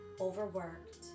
overworked